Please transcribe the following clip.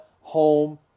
home